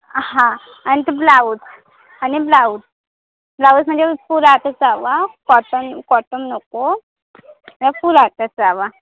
हां आणि तो ब्लाऊज आणि ब्लाऊज ब्लाऊज म्हणजे फुलं हात असावा कॉटन कॉटन नको फुल हाताचा हवा